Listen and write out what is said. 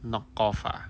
knock off ah